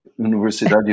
Universidade